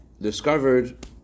discovered